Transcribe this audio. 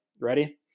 Ready